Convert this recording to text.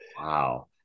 wow